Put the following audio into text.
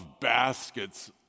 baskets